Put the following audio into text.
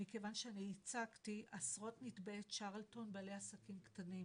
מכיוון שאני ייצגתי עשרות נתבעי צ'רלטון בעלי עסקים קטנים.